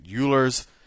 Euler's